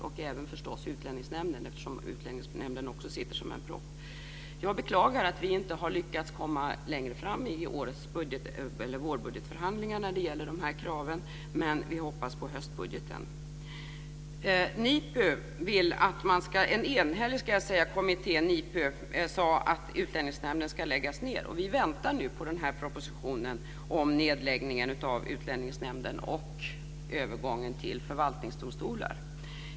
Det gäller naturligtvis även Utlänningsnämnden, eftersom Utlänningsnämnden också sitter som en propp. Jag beklagar att vi inte har lyckats komma längre i årets vårbudgetförhandlingar när det gäller dessa krav, men vi hoppas på höstbudgeten. NIPU sade att Utlänningsnämnden ska läggas ned, och kommittén var enhällig. Och vi väntar nu på en proposition om nedläggning av Utlänningsnämnden och en övergång till förvaltningsdomstolar.